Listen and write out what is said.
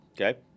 Okay